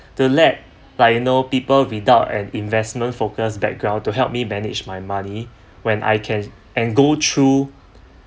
the lab like you know people without an investment focus background to help me manage my money when I can and go through